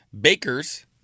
bakers